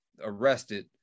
arrested